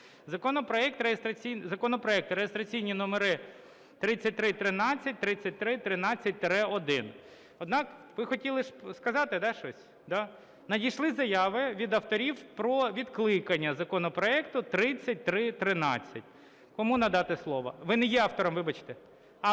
Законопроекти реєстраційні номери 3313 3313-1. Однак… Ви хотіли сказати, да, щось? Надійшли заяви від авторів про відкликання законопроекту 3313. Кому надати слово? Ви не є автором, вибачте.